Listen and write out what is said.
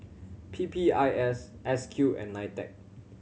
P P I S S Q and NITEC